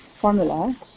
formula